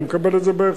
אני מקבל את זה בהחלט.